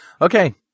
Okay